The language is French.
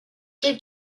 quel